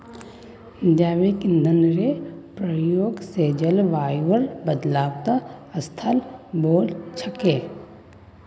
जैविक ईंधनेर प्रयोग स जलवायुर बदलावत स्थिल वोल छेक